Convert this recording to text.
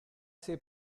sei